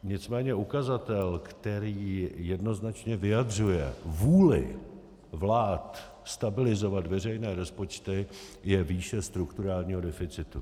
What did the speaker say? Nicméně ukazatel, který jednoznačně vyjadřuje vůli vlád stabilizovat veřejné rozpočty, je výše strukturálního deficitu.